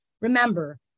Remember